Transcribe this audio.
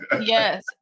Yes